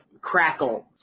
Crackle